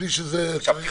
בלי שזה --- עכשיו,